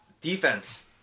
Defense